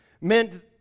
meant